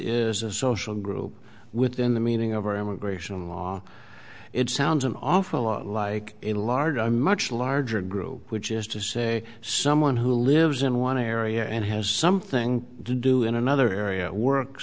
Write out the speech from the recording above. is a social group within the meaning of our immigration law it sounds an awful lot like a large i much larger group which is to say someone who lives in want to area and has something to do in another area work